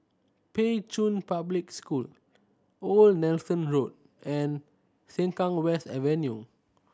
Pei Chun Public School Old Nelson Road and Sengkang West Avenue